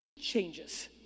changes